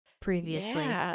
previously